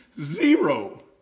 zero